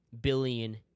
billion